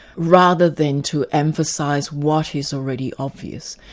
rather than to emphasise what is already obvious.